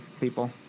people